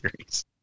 series